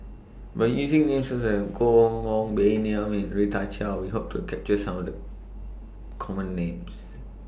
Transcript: By using Names such as Koh Nguang Baey Yam Rita Chao We Hope to capture Some of The Common Names